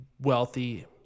wealthy